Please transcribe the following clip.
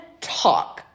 talk